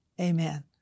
Amen